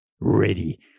Ready